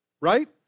Right